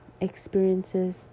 experiences